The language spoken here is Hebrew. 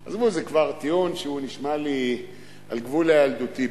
עזבו, זה כבר טיעון שהוא נשמע לי על גבול הילדותי.